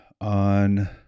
on